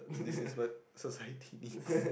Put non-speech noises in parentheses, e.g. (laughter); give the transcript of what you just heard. this is what society (laughs) needs